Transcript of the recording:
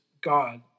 God